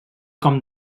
com